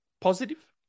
positive